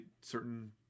certain